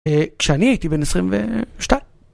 אה, כשאני הייתי בן 22.